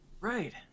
right